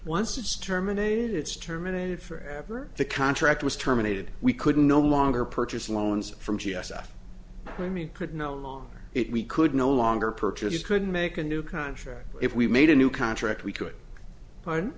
it's terminated it's terminated forever the contract was terminated we could no longer purchase loans from g s f i mean could no longer it we could no longer purchase couldn't make a new contract if we made a new contract